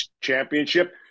championship